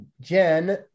Jen